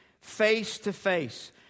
face-to-face